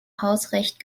hausrecht